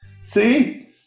See